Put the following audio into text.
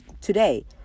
today